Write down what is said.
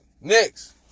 next